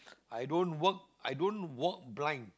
i don't work i don't walk blind